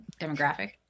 demographic